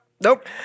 Nope